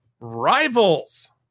rivals